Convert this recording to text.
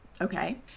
Okay